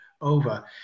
over